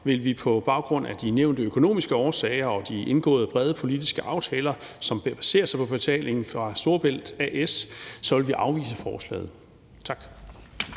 vil vi på baggrund af de nævnte økonomiske årsager og de indgåede brede politiske aftaler, som baserer sig på betalingen fra A/S Storebælt, afvise forslaget. Tak.